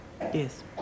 Yes